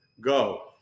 go